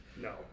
No